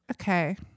Okay